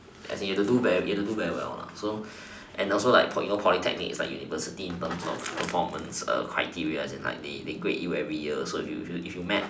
as in you have to do you have to do very well so and also like polytechnic is like university in terms of performance and criteria as in like they grade you every year so if you make